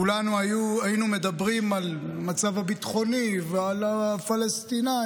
כולנו היינו מדברים על המצב הביטחוני ועל הפלסטינים